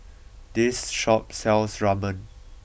this shop sells Ramen